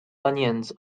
onions